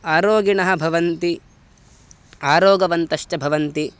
अरोगिणः भवन्ति अरोगवन्तश्च भवन्ति